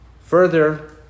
Further